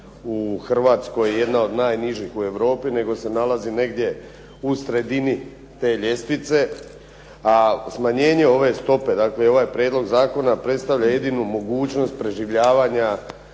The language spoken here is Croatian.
Hrvatskoj jedna od najnižih u Europi, nego se nalazi negdje u sredini te ljestvice, a smanjenje ove stope, dakle ovaj prijedlog zakona predstavlja jedinu mogućnost preživljavanja